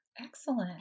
excellent